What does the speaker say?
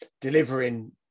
delivering